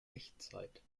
echtzeit